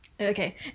Okay